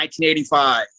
1985